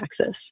access